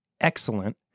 excellent